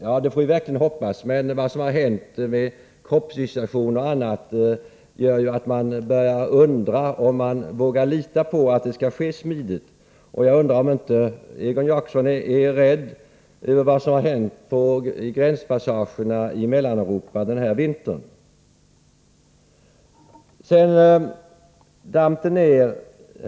Ja, det får vi ju verkligen hoppas, men vad som har hänt i form av kroppsvisitationer och annat gör att man börjar undra, om man vågar lita på att tillämpningen blir smidig. Jag undrar om inte Egon Jacobsson är oroad över vad som har hänt vid gränspassagerna i Mellaneuropa under den gångna vintern.